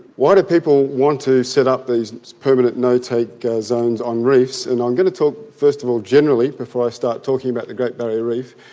why do people want to set up these permanent no-take zones on reefs? and i'm going to talk first of all generally before i start talking about the great barrier reef.